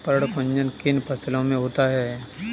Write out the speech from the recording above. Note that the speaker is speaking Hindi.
पर्ण कुंचन किन फसलों में होता है?